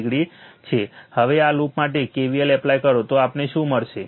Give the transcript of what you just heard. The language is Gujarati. હવે આ લૂપ માટે KVL એપ્લાય કરો તો આપણને શું મળશે